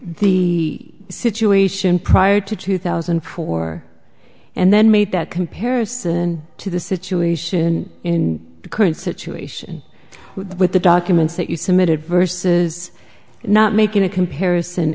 the situation prior to two thousand and four and then made that comparison to the situation in the current situation with the documents that you submitted verses not making a comparison